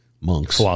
monks